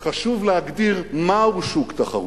חשוב להגדיר מהו שוק תחרותי,